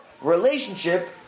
relationship